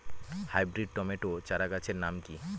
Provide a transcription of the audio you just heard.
Hybrid tomato চারাগাছের নাম কি?